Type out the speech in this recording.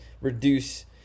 reduce